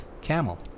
Camel